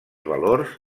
valors